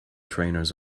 trainers